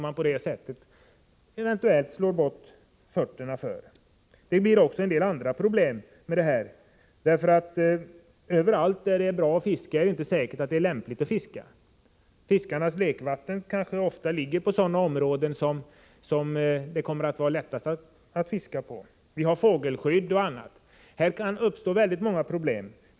Men eventuellt kan det bli så, att man slår undan fötterna för dessa människor. På det här viset uppstår också en hel del andra problem. Det är ju inte säkert att det är lämpligt att fiska överallt där det är bra fiskevatten. Fiskarnas lekvatten är ofta just de vatten där det kommer att vara lättast att få fiska. Dessutom utgör vissa områden fågelskyddsområden osv. Väldigt många problem kan således uppstå.